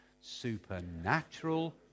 Supernatural